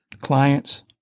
clients